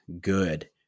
good